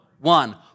one